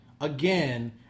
again